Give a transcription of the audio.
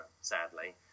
sadly